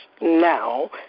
now